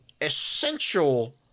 essential